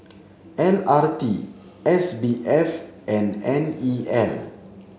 L R T S B F and N E L